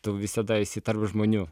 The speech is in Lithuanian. tu visada esi tarp žmonių